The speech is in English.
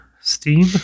Steam